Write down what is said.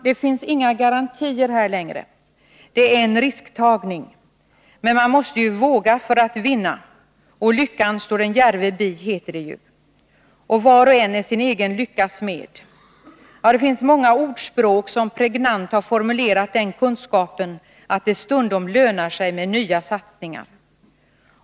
Det finns inga garantier längre, det är en risktagning. Men man måste våga för att vinna. Lyckan står den djärve bi, heter det också. Och var och en är sin egen lyckas smed. — Det finns många ordspråk som pregnant har formulerat den kunskapen att det stundom lönar sig med nya satsningar.